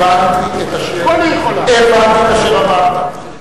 הבנתי את אשר אמרת.